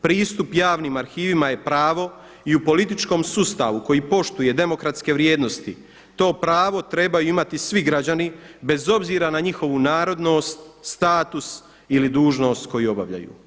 Pristup javnim arhivima je pravo i u političkom sustavu koji poštuje demokratske vrijednosti to pravo trebaju imati svi građani bez obzira na njihovu narodnost, status ili dužnost koju obavljaju.